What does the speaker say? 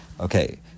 Okay